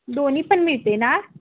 दोन्ही पण मिळते ना